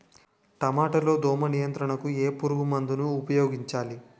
టమాటా లో దోమ నియంత్రణకు ఏ పురుగుమందును ఉపయోగించాలి?